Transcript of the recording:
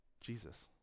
Jesus